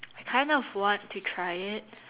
I kind of want to try it